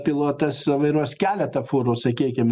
pilotas vairuos keletą fūrų sakykim